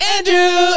Andrew